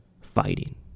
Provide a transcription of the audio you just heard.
Fighting